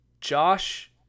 Josh